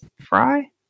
fry